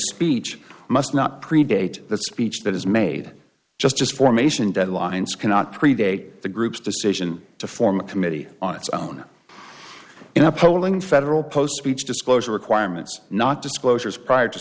speech must not predate the speech that is made just as formation deadlines cannot predate the group's decision to form a committee on its own in a polling federal post speech disclosure requirements not disclosures prior to